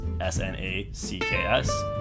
S-N-A-C-K-S